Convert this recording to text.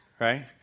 right